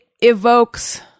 evokes